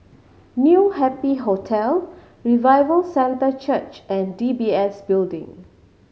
New Happy Hotel Revival Centre Church and D B S Building